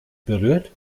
berührt